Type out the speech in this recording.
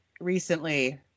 recently